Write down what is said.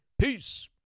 Peace